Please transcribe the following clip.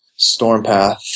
Stormpath